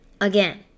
again